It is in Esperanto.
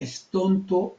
estonto